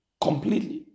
completely